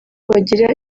bagira